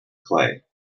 clay